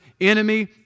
enemy